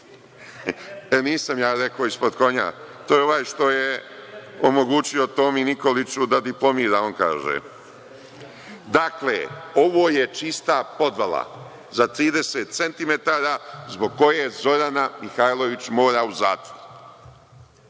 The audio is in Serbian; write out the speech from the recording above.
ja rekao – ispod konja. To je ovaj što je omogućio Tomi Nikoliću da diplomira. On kaže. Dakle, ovo je čista podvala za 30 centimetara zbog koje Zorana Mihajlović mora u zatvor,